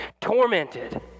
tormented